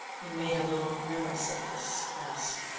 he made a little grimace of disgust.